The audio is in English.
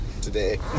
today